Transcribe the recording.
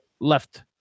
left